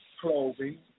clothing